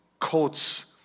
quotes